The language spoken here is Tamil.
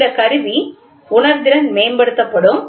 இது கருவி உணர்திறன் மேம்படுத்தும்